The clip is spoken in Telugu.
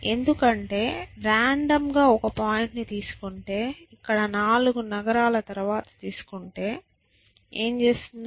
ఎందుకంటే రాండమ్ గా ఒక పాయింట్ ని తీసుకుంటే ఇక్కడ 4 నగరాల తరువాత తీసుకుంటే నేను ఏమి చేస్తున్నాను